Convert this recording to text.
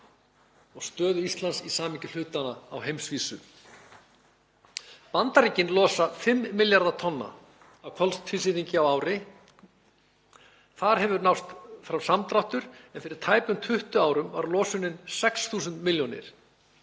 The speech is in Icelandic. og stöðu Íslands í samhengi hlutanna á heimsvísu. Bandaríkin losa 5 milljarða tonna af koltvísýringi á ári. Þar hefur náðst fram samdráttur en fyrir tæpum 20 árum var losunin 6 milljarðar.